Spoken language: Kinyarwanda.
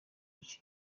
iki